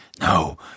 no